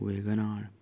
Wagon R